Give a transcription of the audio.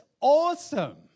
awesome